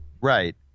Right